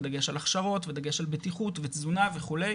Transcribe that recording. דגש על הכשרות ודגש על בטיחות ותזונה וכו'.